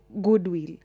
goodwill